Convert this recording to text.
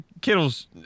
Kittle's